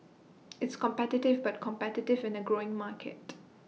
it's competitive but competitive in A growing market